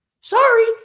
Sorry